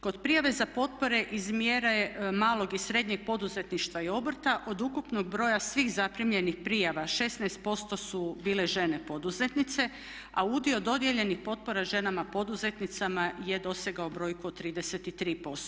Kod prijave za potpore iz mjera je malog i srednjeg poduzetništva i obrta od ukupnog broja svih zaprimljenih prijava 16% su bile žene poduzetnice, a udio dodijeljenih potpora ženama poduzetnicama je dosegao brojku od 33%